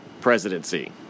presidency